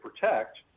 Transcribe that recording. protect